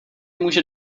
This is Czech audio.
může